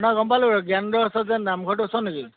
নাই গম পালো ওচৰত যে নামঘৰটোৰ ওচৰত নেকি